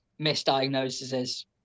misdiagnoses